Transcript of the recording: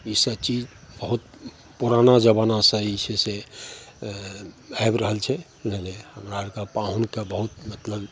ईसब चीज बहुत पुराना जमानासे ई छै से ए आबि रहल छै बुझलिए हमरा आओरके पाहुनके बहुत मतलब